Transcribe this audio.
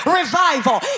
revival